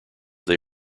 they